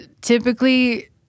typically